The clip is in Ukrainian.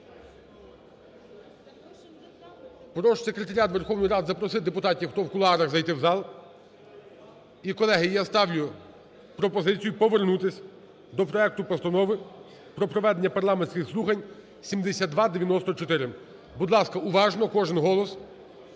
Прошу Секретаріат Верховної Ради запросити депутатів, хто в кулуарах, зайти в зал. І, колеги, я ставлю пропозицію повернутись до проекту Постанови про проведення парламентських слухань 7294. Будь ласка, уважно, кожен голос